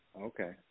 Okay